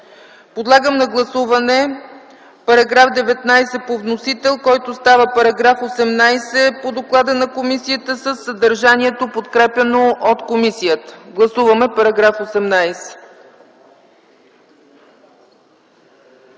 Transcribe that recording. Подлагам на гласуване § 19 по вносител, който става § 18 по доклада на комисията със съдържанието, подкрепено от комисията. Гласуваме § 18.